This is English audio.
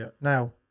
Now